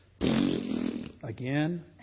Again